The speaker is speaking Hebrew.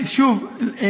שוב,